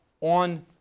on